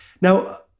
Now